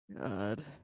God